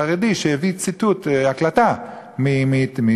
חרדי שהביא ציטוט או הקלטה מהטלוויזיה,